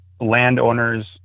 landowners